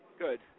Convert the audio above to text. good